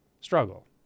struggle